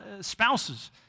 spouses